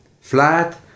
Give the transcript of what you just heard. flat